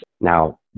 Now